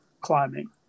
climbing